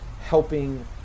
helping